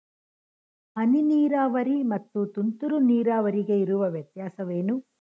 ಹನಿ ನೀರಾವರಿ ಮತ್ತು ತುಂತುರು ನೀರಾವರಿಗೆ ಇರುವ ವ್ಯತ್ಯಾಸವೇನು?